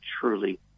truly